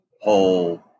whole